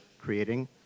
creating